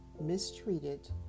mistreated